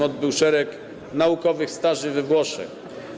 Odbył szereg naukowych staży we Włoszech.